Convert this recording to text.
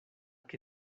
que